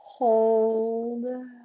Hold